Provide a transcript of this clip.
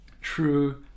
true